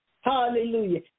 Hallelujah